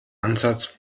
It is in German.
ansatz